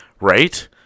Right